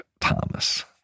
Thomas